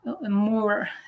More